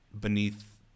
beneath